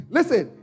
Listen